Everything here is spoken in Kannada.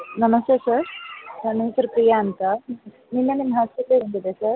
ನಮಸ್ತೆ ಸರ್ ನನ್ನ ಹೆಸರು ಪ್ರಿಯ ಅಂತ ನಿನ್ನೆ ನಿಮ್ಮ ಹಾಸ್ಪಿಟ್ಲಿಗೆ ಬಂದಿದ್ದೆ ಸರ್